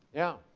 yeah?